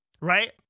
Right